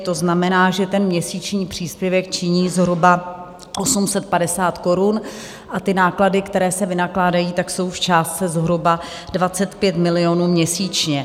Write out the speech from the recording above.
To znamená, že měsíční příspěvek činí zhruba 850 korun a náklady, které se vynakládají, jsou v částce zhruba 25 milionů měsíčně.